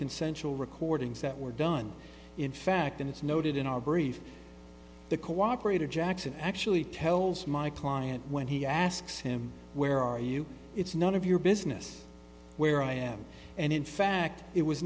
consensual recordings that were done in fact and it's noted in our brief the cooperative jackson actually tells my client when he asks him where are you it's none of your business where i am and in fact it was